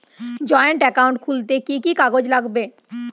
Joint account খুলতে কি কি কাগজ লাগবে?